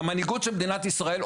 המנהיגות של מדינת ישראל,